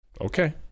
Okay